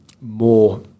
more